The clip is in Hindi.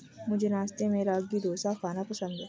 मुझे नाश्ते में रागी डोसा खाना पसंद है